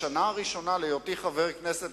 בשנה הראשונה להיותי חבר כנסת,